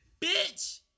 bitch